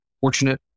fortunate